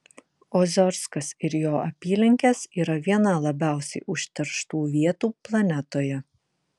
oziorskas ir jo apylinkės yra viena labiausiai užterštų vietų planetoje